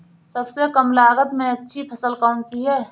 सबसे कम लागत में अच्छी फसल कौन सी है?